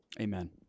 Amen